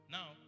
Now